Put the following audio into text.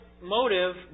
motive